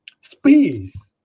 space